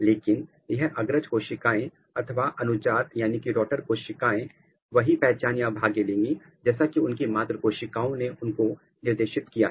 इसलिए यह अग्रज कोशिकाएं अथवा अनुजात डॉटर कोशिकाएं वही पहचान या भाग्य लेंगी जैसा कि उनकी मात्र कोशिकाओं ने उनको निर्देशित किया है